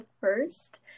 first